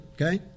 okay